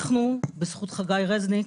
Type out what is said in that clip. אנו בזכות חגי רזניק,